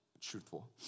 truthful